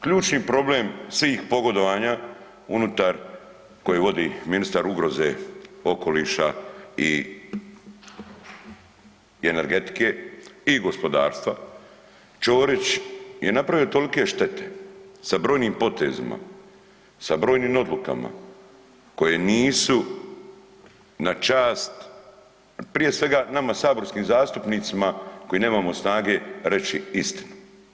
Ključni problem svih pogodovanja unutar koje vodi ministar ugroze, okoliša i energetika i gospodarstva, Ćorić je napravio tolike štete sa brojnim potezima, sa brojnim odlukama koje nisu na čast prije svega, nama saborskim zastupnicima koji nemamo snage reći istinu.